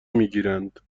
میگیرند